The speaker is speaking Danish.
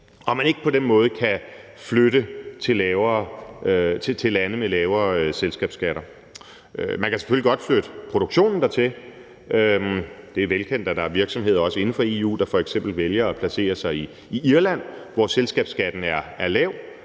at man ikke på den måde kan flytte til lande med lavere selskabsskatter. Man kan selvfølgelig godt flytte produktionen dertil; det er velkendt, at der er virksomheder, også inden for EU, der f.eks. vælger at placere sig i Irland, hvor selskabsskatten er lav.